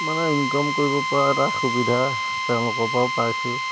মানে ইনকম কৰিব পৰা এটা সুবিধা তেওঁলোকৰপৰাও পাইছোঁ